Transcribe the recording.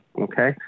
okay